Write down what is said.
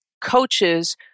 coaches